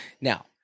Now